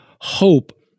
hope